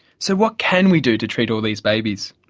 so what can we do to treat all these babies?